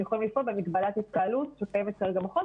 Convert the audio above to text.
יכולים לפעול במגבלת התקהלות שקיימת כרגע בחוק.